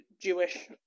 Jewish